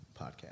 podcast